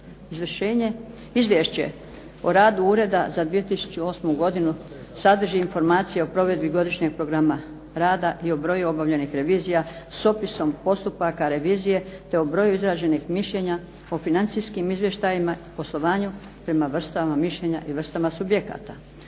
Izvješće o radu ureda za 2008. godinu sadrži informacije o provedbi godišnjeg programa rada i o broju obavljenih revizija s opisom postupaka revizije, te o broju izraženih mišljenja o financijskim izvještajima, poslovanju prema vrstama mišljenja i vrstama subjekata.